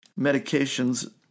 medications